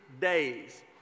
days